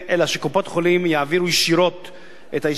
אלא שקופות-החולים יעבירו ישירות את האישור